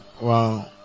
Wow